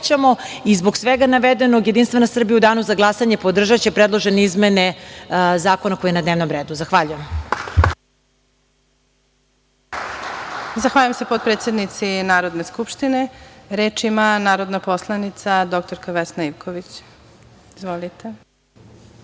Zbog svega navedenog, Jedinstvena Srbija u danu za glasanje podržaće predložene izmene zakona koji je na dnevnom redu. Zahvaljujem. **Elvira Kovač** Zahvaljujem se potpredsednici Narodne skupštine. Reč ima narodna poslanica dr Vesna Ivković. Izvolite.